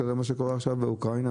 תראה מה שקורה עכשיו באוקראינה,